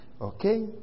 Okay